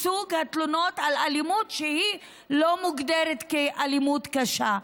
בסוג התלונות על אלימות שהיא לא מוגדרת כאלימות קשה.